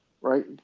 right